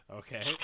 okay